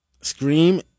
Scream